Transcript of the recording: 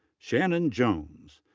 shannon jones.